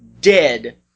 dead